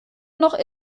noch